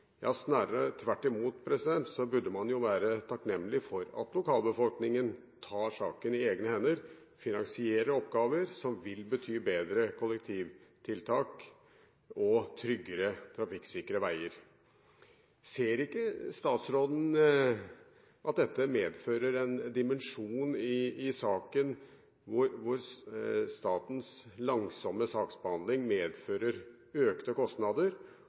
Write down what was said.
tvert imot burde man være takknemlig for at lokalbefolkningen tar saken i egne hender og finansierer oppgaver som vil bety bedre kollektivtiltak og tryggere, trafikksikre veier. Ser ikke statsråden at det medfører en dimensjon i saken når statens langsomme saksbehandling medfører økte kostnader